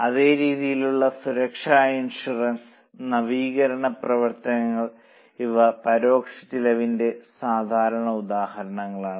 അതേ രീതിയിൽ സുരക്ഷാ ഇൻഷുറൻസ് നവീകരണ പ്രവർത്തനങ്ങൾ ഇവ പരോക്ഷ ചെലവിന്റെ സാധാരണ ഉദാഹരണങ്ങളാണ്